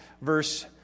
verse